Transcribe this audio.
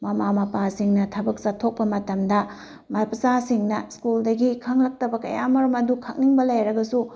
ꯃꯃꯥ ꯃꯄꯥꯁꯤꯡꯅ ꯊꯕꯛ ꯆꯠꯊꯣꯛꯄ ꯃꯇꯝꯗ ꯃꯆꯥꯁꯤꯡꯅ ꯁ꯭ꯀꯨꯜꯗꯒꯤ ꯈꯪꯂꯛꯇꯕ ꯀꯌꯥꯃꯔꯨꯝ ꯑꯗꯨ ꯈꯪꯅꯤꯡꯕ ꯂꯩꯔꯒꯁꯨ